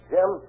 Jim